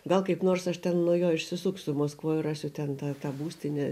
gal kaip nors aš ten nuo jo išsisuksiu maskvoj rasiu ten tą tą būstinę